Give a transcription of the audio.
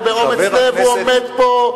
ובאומץ לב הוא עומד פה,